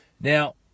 Now